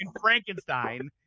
Frankenstein